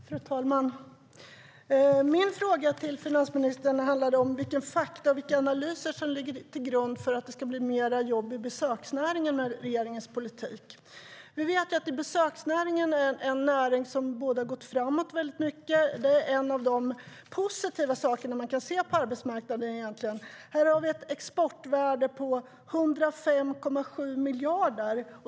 STYLEREF Kantrubrik \* MERGEFORMAT Svar på interpellationerFru talman! Min fråga till finansministern handlade om vilka fakta och analyser som ligger till grund för att det ska bli fler jobb i besöksnäringen med regeringens politik. Vi vet att besöksnäringen är en näring som har gått framåt mycket. Det är en av de positiva sakerna vi kan se på arbetsmarknaden. Här finns ett exportvärde på 105,7 miljarder.